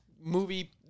movie